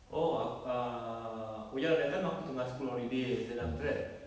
oh ak~ ah oh ya that time aku tengah school holiday then after that